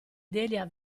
delia